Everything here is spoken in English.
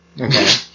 Okay